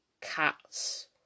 cats